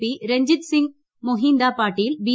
P Ranjit Singh Mohinder Patil B